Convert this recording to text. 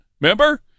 remember